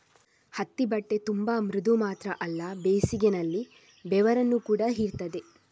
ಹತ್ತಿ ಬಟ್ಟೆ ತುಂಬಾ ಮೃದು ಮಾತ್ರ ಅಲ್ಲ ಬೇಸಿಗೆನಲ್ಲಿ ಬೆವರನ್ನ ಕೂಡಾ ಹೀರ್ತದೆ